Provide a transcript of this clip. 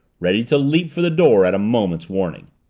ready to leap for the door at a moment's warning.